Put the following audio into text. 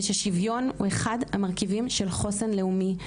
וששוויון הוא אחד המרכיבים של חוסן לאומי.